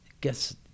guess